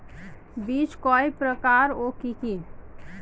বীজ কয় প্রকার ও কি কি?